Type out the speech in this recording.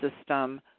system